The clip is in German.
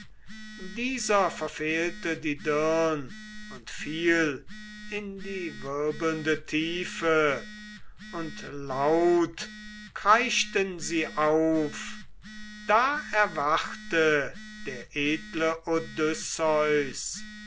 dieser verfehlte die dirn und fiel in die wirbelnde tiefe und laut kreischten sie auf da erwachte der edle